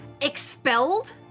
Expelled